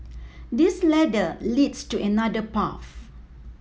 this ladder leads to another path